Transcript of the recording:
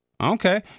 Okay